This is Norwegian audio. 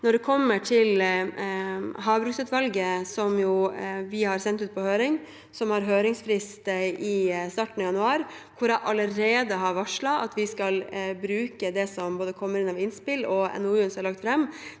Når det gjelder havbruksutvalget og det vi har sendt ut på høring, som har høringsfrist i starten av januar, har jeg allerede varslet at vi skal bruke både det som kommer inn av innspill, og NOU-en som er lagt fram,